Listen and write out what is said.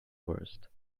worst